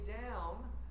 down